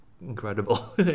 incredible